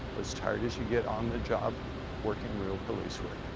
as tired as you get on the job working real police work.